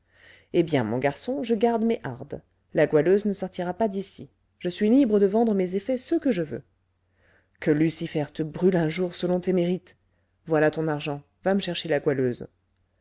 eh bien mon garçon je garde mes hardes la goualeuse ne sortira pas d'ici je suis libre de vendre mes effets ce que je veux que lucifer te brûle un jour selon tes mérites voilà ton argent va me chercher la goualeuse